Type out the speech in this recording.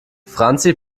franzi